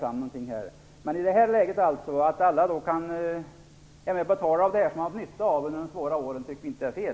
Att alla är med och betalar det som man haft nytta av under de svåra åren tycker vi inte är fel.